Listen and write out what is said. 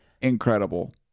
incredible